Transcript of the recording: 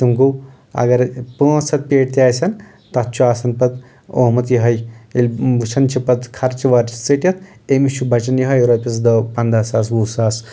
تِم گوٚو اگرے پانٛژھ ہتھ پیٹہِ تہِ آسن تتھ چھُ آسان پتہٕ اومُت یہٕے ییٚلہِ وٕچھان چھِ پتہٕ خرچہِ ورچہِ ژٔٹِتھ أمِس چھُ بچان یہٕے رۄپٮ۪س دہ پنٛدہ ساس وُہ ساس تہٕ